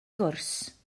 gwrs